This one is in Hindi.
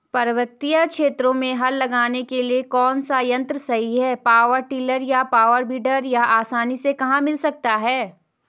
पर्वतीय क्षेत्रों में हल लगाने के लिए कौन सा यन्त्र सही है पावर टिलर या पावर वीडर यह आसानी से कहाँ मिल सकता है?